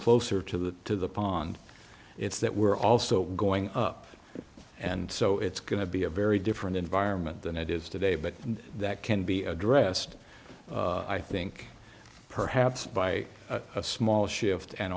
closer to the to the pond it's that we're also going up and so it's going to be a very different environment than it is today but that can be addressed i think perhaps by a small shift and